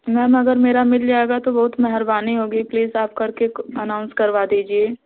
ma'am अगर मेरा मिल जाएगा तो बहुत मेहरबानी होगी प्लीज आप करके अनाउंस करवा दीजिये